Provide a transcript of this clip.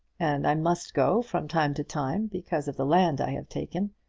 and i must go from time to time because of the land i have taken.